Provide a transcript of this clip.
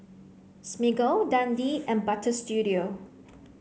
Smiggle Dundee and Butter Studio